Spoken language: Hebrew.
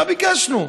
מה ביקשנו?